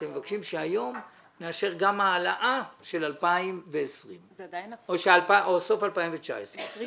אתם מבקשים שהיום נאשר גם העלאה של 2020 או סוף 2019. 2020,